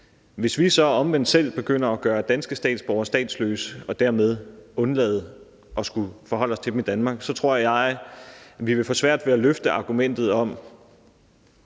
hvis vi så omvendt begynder at gøre danske statsborgere statsløse og dermed undlader at skulle forholde os til dem i Danmark, så tror jeg, at vi vil få svært ved at løfte argumentet om,